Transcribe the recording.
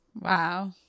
Wow